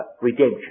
Redemption